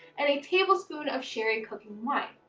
and a tablespoon of sherry cooking wine.